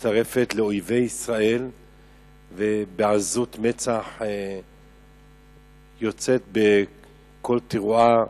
מצטרפת לאויבי ישראל ובעזות מצח יוצאת בקול תרועה